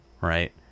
right